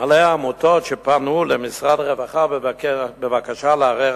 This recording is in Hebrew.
מנהלי העמותות שפנו למשרד הרווחה בבקשה לערער